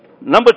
Number